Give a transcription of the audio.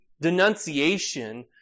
denunciation